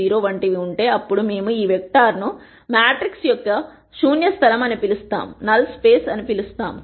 0 వంటివి ఉంటే అప్పుడు మేము ఈ వెక్టర్ను మ్యాట్రిక్స్ యొక్క శూన్య స్థలం అని పిలుస్తాము